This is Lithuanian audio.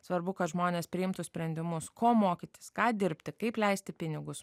svarbu kad žmonės priimtų sprendimus ko mokytis ką dirbti kaip leisti pinigus